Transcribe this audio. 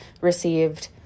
received